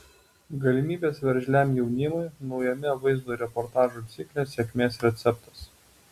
galimybės veržliam jaunimui naujame vaizdo reportažų cikle sėkmės receptas